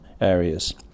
areas